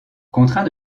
contraint